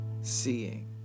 Seeing